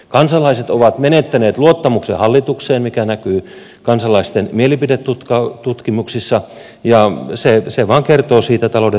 kansalaiset ovat menettäneet luottamuksen hallitukseen mikä näkyy kansalaisten mielipidetutkimuksissa ja se vaan kertoo siitä talouden tilasta